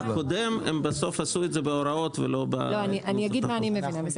את הקודם הם עשו בהוראות ולא --- אני אגיד מה אני מבינה.